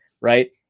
right